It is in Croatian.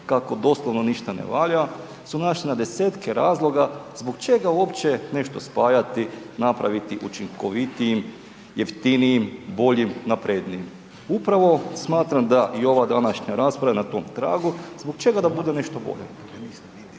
kako doslovno ništa ne valja su našli na desetke razloga zbog čega uopće nešto spajati, napraviti učinkovitijim, jeftinijim, boljim, naprednijim. Upravo smatram da i ova današnja rasprava je na tom tragu. Zbog čega da bude nešto bolje?